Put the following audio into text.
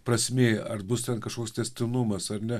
prasmė ar bus ten kažkoks tęstinumas ar ne